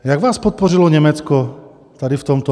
Jak vás podpořilo Německo tady v tomto?